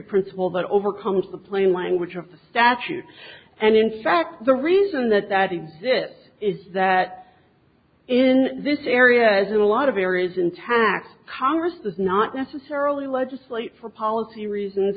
principle that overcomes the plain language of the statute and in fact the reason that that exists is that in this area as in a lot of areas intact congress does not necessarily legislate for policy reasons